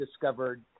discovered